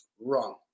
Wrong